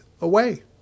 away